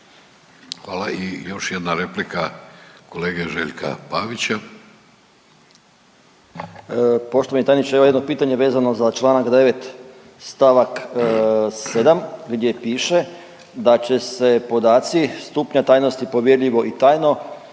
Hvala. I još jedna replika kolege Željka Pavića.